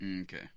Okay